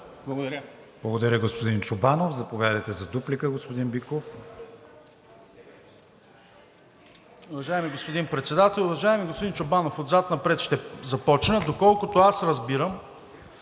ВИГЕНИН: Благодаря, господин Чобанов. Заповядайте за дуплика, господин Биков.